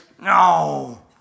No